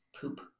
poop